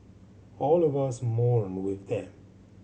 all of us mourn with them